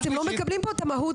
אתם לא מקבלים פה את המהות,